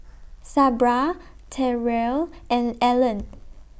Sabra Terrell and Ellen